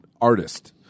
artist